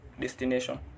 destination